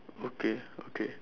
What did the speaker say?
okay okay